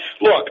look